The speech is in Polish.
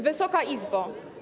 Wysoka Izbo!